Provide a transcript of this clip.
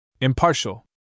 Impartial